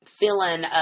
feeling